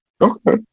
okay